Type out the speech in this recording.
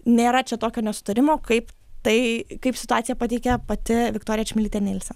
nėra čia tokio nesutarimo kaip tai kaip situaciją pateikė pati viktorija čmilytė nilsen